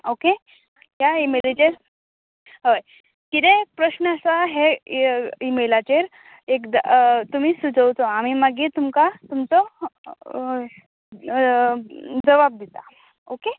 okay ह्या इमेलिचेर हय कितेंय प्रश्न आसा हे इमेलाचेर एक तुमी सुचोवचो आमी मागीर तुमका तुमचो जवाब दिता ओके